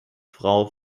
frau